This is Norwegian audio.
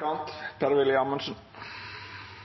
kan